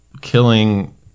killing